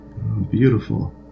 Beautiful